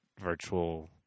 virtual-